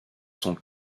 sont